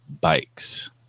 bikes